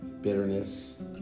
bitterness